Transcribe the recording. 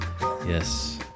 Yes